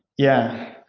yeah.